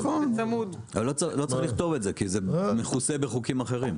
לא צריך לכתוב את זה כי זה מכוסה בחוקים אחרים.